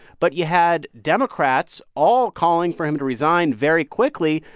but you had democrats all calling for him to resign very quickly,